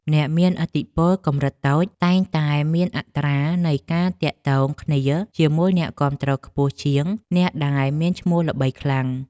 អ្នកមានឥទ្ធិពលកម្រិតតូចៗតែងតែមានអត្រានៃការទាក់ទងគ្នាជាមួយអ្នកគាំទ្រខ្ពស់ជាងអ្នកដែលមានឈ្មោះល្បីខ្លាំង។